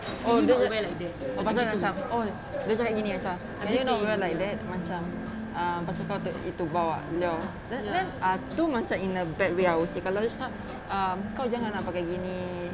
oh then lepas tu macam oh dia cakap gini macam can I not wear like that macam pasal kau terbawa um then then tu macam in a bad way I would say kalau dia cakap kau jangan lah pakai gini